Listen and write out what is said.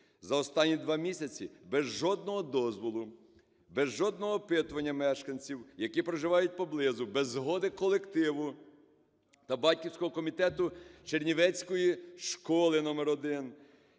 За останні два місяці без жодного дозволу, без жодного опитування мешканців, які проживають поблизу, без згоди колективу та батьківського комітету Чернівецької школи № 1,